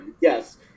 Yes